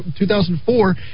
2004